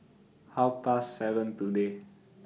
Half Past seven today